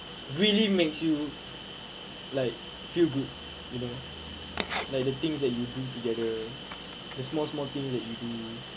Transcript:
really makes you like feel good you know like the things that you do together the small small thing that you do